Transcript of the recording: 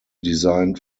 designed